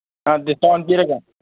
ꯑ ꯗꯤꯁꯀꯥꯎꯟ ꯄꯤꯔꯒ